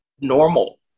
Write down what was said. normal